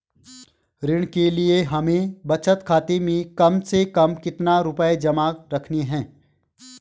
ऋण के लिए हमें बचत खाते में कम से कम कितना रुपये जमा रखने हैं?